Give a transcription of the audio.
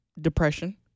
depression